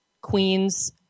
Queens